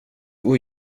och